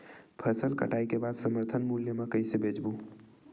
फसल कटाई के बाद समर्थन मूल्य मा कइसे बेचबो?